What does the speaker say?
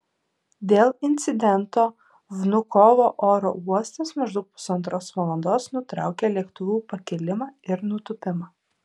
dėl incidento vnukovo oro uostas maždaug pusantros valandos nutraukė lėktuvų pakilimą ir nutūpimą